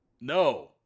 No